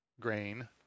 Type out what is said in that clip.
grain